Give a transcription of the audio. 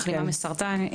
מחלימה מסרטן,